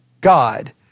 God